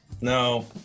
No